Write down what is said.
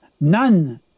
None